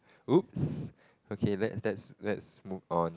!oops! okay let's let's let's move on